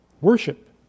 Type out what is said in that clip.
Worship